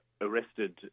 arrested